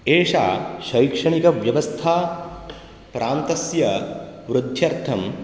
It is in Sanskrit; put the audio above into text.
एषा शिक्षणिकव्यवस्था प्रान्तस्य वृद्ध्यर्थं